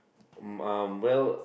um well